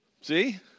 See